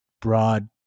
broad